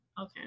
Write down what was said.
Okay